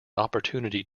opportunity